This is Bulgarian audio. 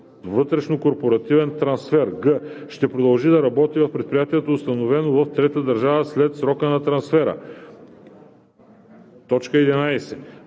вътрешнокорпоративен трансфер; г) ще продължи да работи в предприятието, установено в третата държава, след срока на трансфера; 11.